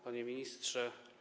Panie Ministrze!